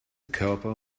körper